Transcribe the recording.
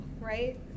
right